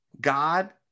God